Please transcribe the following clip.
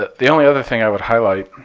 the only other thing i would highlight